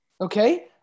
Okay